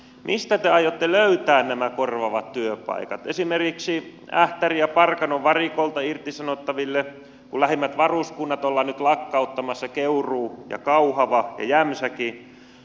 mistä te aiotte löytää nämä korvaavat työpaikat esimerkiksi ähtärin ja parkanon varikolta irtisanottaville kun lähimmät varuskunnat ollaan nyt lakkauttamassa keuruu ja kauhava ja jämsäkin